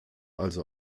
also